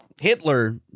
Hitler